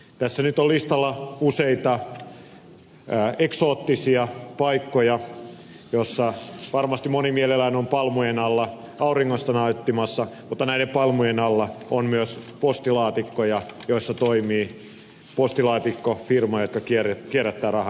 tässä nyt on listalla useita eksoottisia paikkoja joissa varmasti moni mielellään on palmujen alla auringosta nauttimassa mutta näiden palmujen alla on myös postilaatikkoja joissa toimii postilaatikkofirmoja jotka kierrättävät rahaa